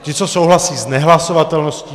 Ti, co souhlasí s nehlasovatelností.